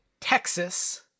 Texas